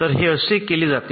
तर हे असे केले जाते